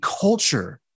culture